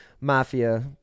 mafia